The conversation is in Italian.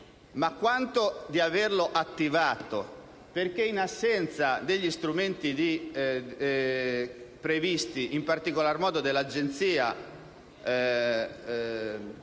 quanto di averlo attivato, perché in assenza degli strumenti previsti, in particolar modo dell'Agenzia,